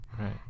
Right